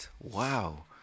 wow